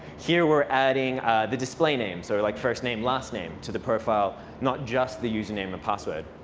here we're adding the display names, or like first name, last name to the profile, not just the username and password,